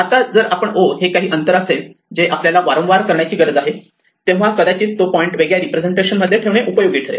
आता जर O हे काही अंतर असेल जे आपल्याला वारंवार करण्याची गरज आहे तेव्हा कदाचित तो पॉईंट वेगळ्या रिप्रेझेंटेशन मध्ये ठेवणे उपयोगी ठरेल